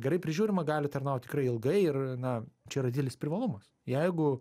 gerai prižiūrima gali tarnaut tikrai ilgai ir na čia yra didelis privalumas jeigu